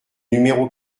numéro